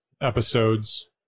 episodes